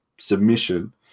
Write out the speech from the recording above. submission